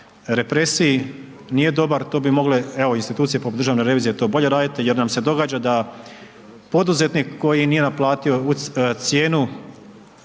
represiji, nije dobar, to bi mogle, evo, institucije poput Državne revizije, to bolje radit jer nam se događa da poduzetnik koji nije naplatio cijenu